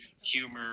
humor